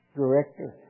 director